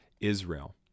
Israel